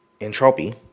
entropy